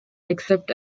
except